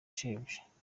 shebuja